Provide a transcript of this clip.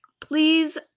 Please